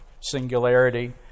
singularity